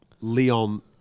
Leon